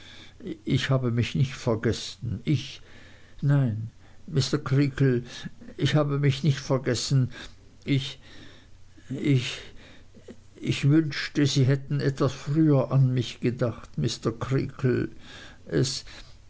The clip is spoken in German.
ich habe mich nicht vergessen ich nein mr creakle ich habe mich nicht vergessen ich ich ich wünschte sie hätten etwas früher an mich gedacht mr creakle es